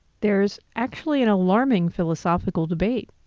there's actually an alarming philosophical debate.